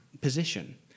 position